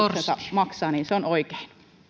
maksaa se on oikein